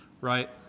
right